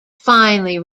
finally